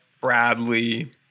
Bradley